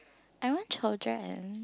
I want children